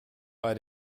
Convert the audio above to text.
bei